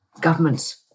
governments